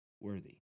worthy